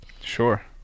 Sure